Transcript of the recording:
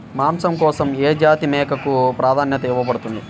మాంసం కోసం ఏ జాతి మేకకు ప్రాధాన్యత ఇవ్వబడుతుంది?